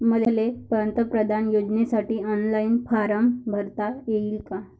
मले पंतप्रधान योजनेसाठी ऑनलाईन फारम भरता येईन का?